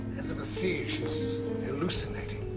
azabeth siege is hallucinating.